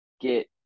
get